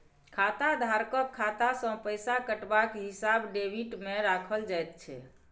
खाताधारकक खाता सँ पैसा कटबाक हिसाब डेबिटमे राखल जाइत छै